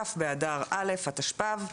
כ' באדר א' התשפ"ב,